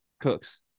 Cooks